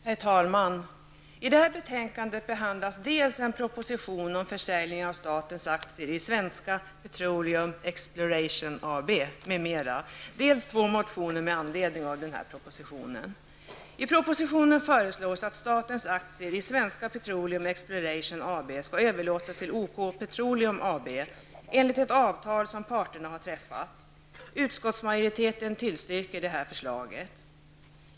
Herr talman! I detta betänkande behandlas dels en proposition om försäljning av statens aktier i Petroleum AB enligt ett avtal som parterna har träffat. Utskottsmajoriteten tillstyrker detta förslag.